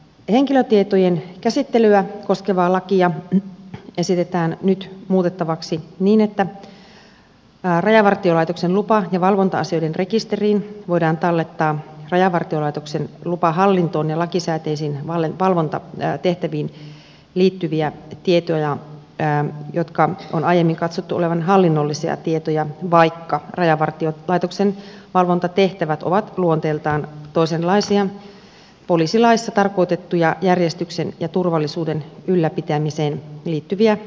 henkilötietojen käsittelyä koskevaa lakia esitetään nyt muutettavaksi niin että rajavartiolaitoksen lupa ja valvonta asioiden rekisteriin voidaan tallettaa rajavartiolaitoksen lupahallintoon ja lakisääteisiin valvontatehtäviin liittyviä tietoja joiden on aiemmin katsottu olevan hallinnollisia tietoja vaikka rajavartiolaitoksen valvontatehtävät ovat luonteeltaan toisenlaisia poliisilaissa tarkoitettuja järjestyksen ja turvallisuuden ylläpitämiseen liittyviä tehtäviä